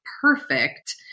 perfect